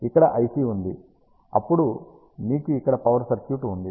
ఇక్కడ IC ఉంది అప్పుడు మీకు ఇక్కడ పవర్ సర్క్యూట్ ఉంది